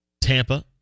Tampa